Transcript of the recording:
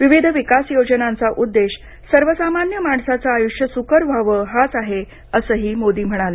विविध विकास योजनांचा उद्देश सर्वसामान्य माणसाचं आयुष्य सुकर व्हावं हाच आहे असंही मोदी म्हणाले